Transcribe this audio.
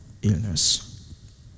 Illness